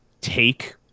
take